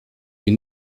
die